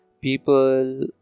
people